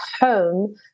home